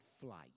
flight